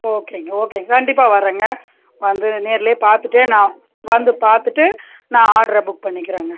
ஓகேங்க ஓகேங்க கண்டிப்பாக வரேங்க வந்து நேரில் பார்த்துட்டு நான் வந்து பார்த்துட்டு நான் ஆடர புக் பண்ணிக்கிறேங்க